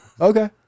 Okay